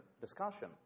discussion